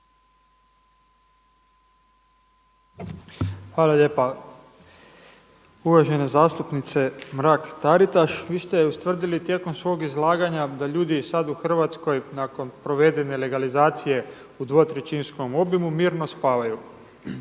Hvala lijepa. Uvažena zastupnice Mrak-Taritaš, vi ste ustvrdili tijekom svog izlaganja da ljudi sad u Hrvatskoj nakon provedene legalizacije u dvotrećinskom obimu mirno spavaju. A mene